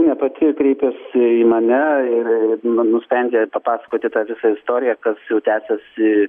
ne pati kreipėsi į mane ir nu nusprendė papasakoti tą visą istoriją kas jau tęsiasi